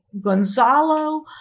Gonzalo